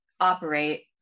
operate